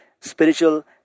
spiritual